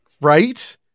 right